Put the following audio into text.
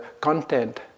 content